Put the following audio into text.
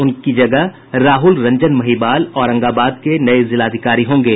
उनकी जगह राहुल रंजन महिवाल औरंगाबाद के नये जिलाधिकारी होंगे